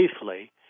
safely